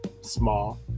small